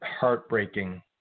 heartbreaking